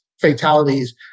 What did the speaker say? fatalities